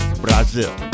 Brazil